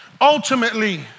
Ultimately